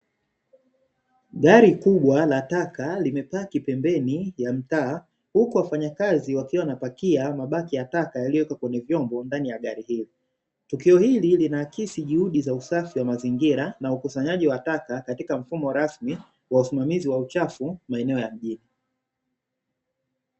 Gari kubwa la taka limepaki pembeni ya mtaa huku wafanyakazi wakiwa wanapakia mabaki ya taka yaliyoko kwenye vyombo ndani ya gari hilo, tukio hili linaakisi juhudi za usafi wa mazingira na ukusanyaji wa taka katika mfumo rasmi wa usimamizi wa uchafu maeneo ya mjini.